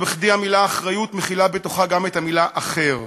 לא בכדי המילה אחריות מכילה בתוכה גם את המילה אחר.